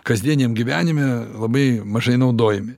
kasdieniam gyvenime labai mažai naudojami